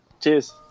cheers